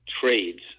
trades